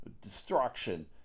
destruction